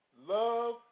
love